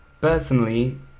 Personally